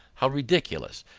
how ridiculous,